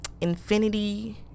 infinity